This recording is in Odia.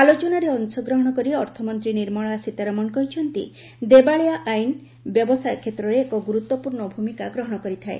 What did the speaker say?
ଆଲୋଚନାରେ ଅଂଶଗ୍ରହଣ କରି ଅର୍ଥମନ୍ତ୍ରୀ ନିର୍ମଳା ସୀତାରମଣ କହିଛନ୍ତି ଦେବାଳିଆ ଆଇନ ବ୍ୟବସାୟ କ୍ଷେତ୍ରରେ ଏକ ଗୁରୁତ୍ୱପୂର୍ଣ୍ଣ ଭୂମିକା ଗ୍ରହଣ କରିଥାଏ